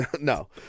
No